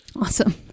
Awesome